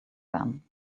then